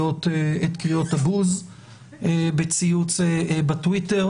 לקריאות גנאי מצד משתתפי הפסטיבל,